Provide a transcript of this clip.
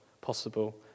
possible